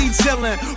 chillin